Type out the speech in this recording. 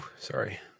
Sorry